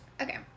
Okay